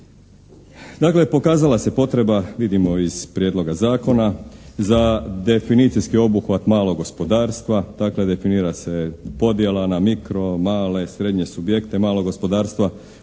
Dakle pokazala se potreba vidimo iz prijedloga zakona, za definicijski obuhvat malog gospodarstva, dakle definira se podjela na mikro, male, srednje subjekte, malog gospodarstva,